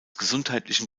gesundheitlichen